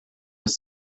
was